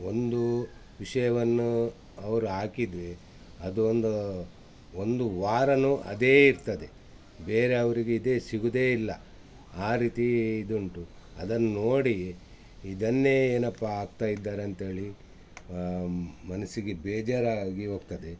ಒಂದು ವಿಷಯವನ್ನು ಅವರು ಹಾಕಿದ್ರೆ ಅದು ಒಂದು ಒಂದು ವಾರನು ಅದೇ ಇರ್ತದೆ ಬೇರೆ ಅವರಿಗೆ ಇದೇ ಸಿಗೋದೇ ಇಲ್ಲ ಆ ರೀತಿ ಇದು ಉಂಟು ಅದನ್ನು ನೋಡಿ ಇದನ್ನೆ ಏನಪ್ಪ ಹಾಗ್ತಾ ಇದ್ದಾರೆ ಅಂತೇಳಿ ಮನಸ್ಸಿಗೆ ಬೇಜಾರಾಗಿ ಹೋಗ್ತದೆ